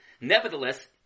nevertheless